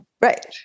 Right